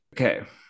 okay